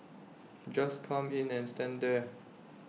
just come in and stand there